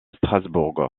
strasbourg